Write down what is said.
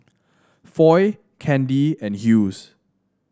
Foy Candi and Hughes